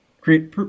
create